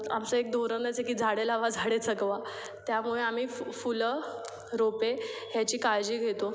आमचं एक धोरणच आहे की झाडे लावा झाडे जगवा त्यामुळे आम्ही फु फुलं रोपे ह्याची काळजी घेतो